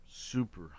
Super